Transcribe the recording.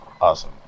Awesome